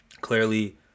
Clearly